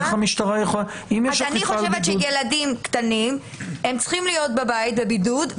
אני חושבת שילדים קטנים צריכים להיות בבית בבידוד,